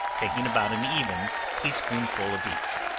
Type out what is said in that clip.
taking about an even tea-spoonful of each.